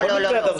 לא, לא.